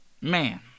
Man